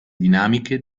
dinamiche